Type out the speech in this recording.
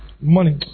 money